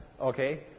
Okay